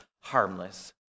harmless